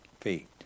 feet